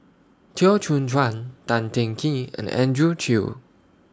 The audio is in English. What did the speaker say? Teo Soon Chuan Tan Teng Kee and Andrew Chew